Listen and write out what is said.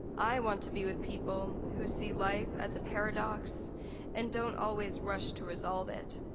i want to be with people who see life as a paradox and don't always rush to resolve it.